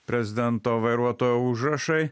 prezidento vairuotojo užrašai